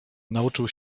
nauczył